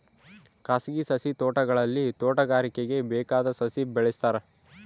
ಖಾಸಗಿ ಸಸಿ ತೋಟಗಳಲ್ಲಿ ತೋಟಗಾರಿಕೆಗೆ ಬೇಕಾದ ಸಸಿ ಬೆಳೆಸ್ತಾರ